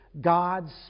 god's